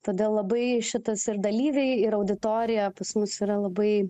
todėl labai šitas ir dalyviai ir auditorija pas mus yra labai